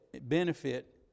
benefit